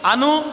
Anu